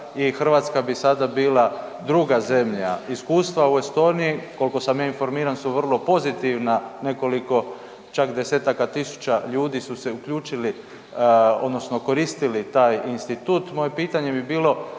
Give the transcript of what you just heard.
i Hrvatska bi sada bila druga zemlja. Iskustva u Estonija, koliko sam ja informiran, su vrlo pozitivna, nekoliko čak desetaka tisuća ljudi su se uključili odnosno koristili taj institut. Moje pitanje bi bilo